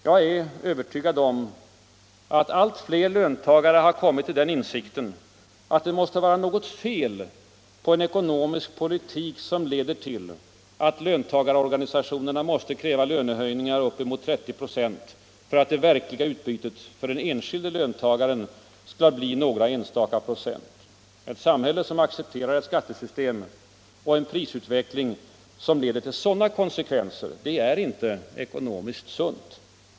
Jag är övertygad om att allt fler löntagare har kommit till den insikten att det måste vara något fel på en ekonomisk politik som leder till att löntagarorganisationerna måste kräva lönehöjningar med upp till 30 96 för att det verkliga utbytet för den enskilda löntagaren skall bli några enstaka procent. Ett samhälle som accepterar ett skattesystem och en prisutveckling som leder till sådana konsekvenser är inte ekonomiskt sunt.